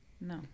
No